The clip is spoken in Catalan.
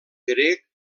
grec